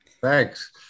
Thanks